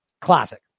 Classic